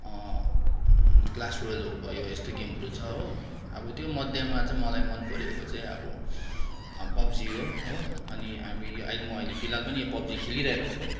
clash रोयलहरू भयो यस्तो गेमहरू छ हो अब त्योमध्येमा चाहिँ मलाई मनपरेको चाहिँ अब पबजी हो हो अनि हामी यो म अहिले यो फिलहाल पनि यो पबजी खेलिरहेको छु